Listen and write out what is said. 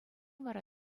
вара